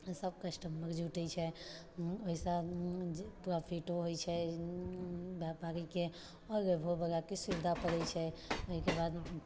सभ कस्टमर जुटैत छै ओहिसँ जे प्रोफिटो होइत छै व्यापारीके आओर लेबहो बलाके सुविधा पड़ैत छै ओहिके बाद